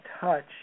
touch